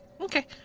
Okay